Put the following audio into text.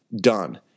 done